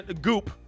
Goop